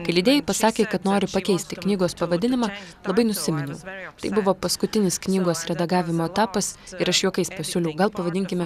kai leidėjai pasakė kad noriu pakeisti knygos pavadinimą labai nusiminiau tai buvo paskutinis knygos redagavimo etapas ir aš juokais pasiūliau gal pavadinkime